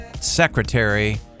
secretary